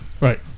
Right